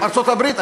עם ארצות-הברית.